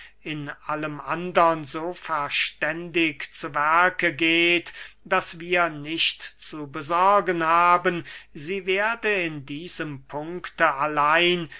in allem andern so verständig zu werke geht daß wir nicht zu besorgen haben sie werde in diesem punkte allein